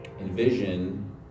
envision